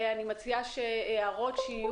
אני מציעה שתקראי,